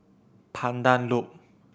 Pandan Loop